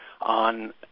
on